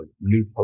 new